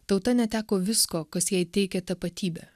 tauta neteko visko kas jai teikė tapatybę